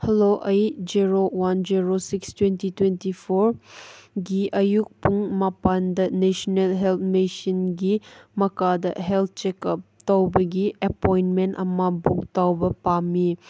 hello ꯑꯩ zero one zero six twenty twenty four ꯒꯤ ꯑꯌꯨꯛ ꯄꯨꯡ ꯃꯥꯄꯜꯗ ꯅꯦꯁꯅꯦꯜ ꯍꯦꯜ ꯃꯤꯁꯟꯒꯤ ꯃꯛꯑꯗ ꯍꯦꯜ ꯆꯦꯛꯀꯞ ꯇꯧꯕꯒꯤ ꯑꯦꯄꯣꯏꯟꯃꯦꯟ ꯑꯃ ꯕꯨꯛ ꯇꯧꯕ ꯄꯥꯝꯃꯤ